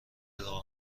راه